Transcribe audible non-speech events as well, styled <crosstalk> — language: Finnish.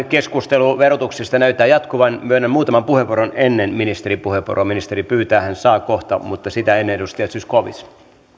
<unintelligible> keskustelu verotuksesta näyttää jatkuvan myönnän muutaman puheenvuoron ennen ministerin puheenvuoroa ministeri pyytää hän saa kohta mutta sitä ennen edustaja zyskowicz